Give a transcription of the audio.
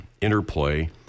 interplay